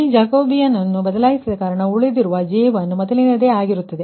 ಈ ಜಾಕೋಬಿಯನ್ ಅನ್ನು ಬದಲಾಯಿಸದ ಕಾರಣ ಉಳಿದಿರುವ J1 ಮೊದಲಿನದೇ ಆಗಿರುತ್ತದೆ